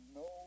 no